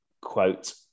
quote